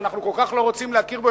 שאנחנו כל כך לא רוצים להכיר בו,